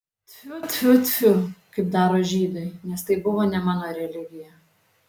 tfiu tfiu tfiu kaip daro žydai nes tai buvo ne mano religija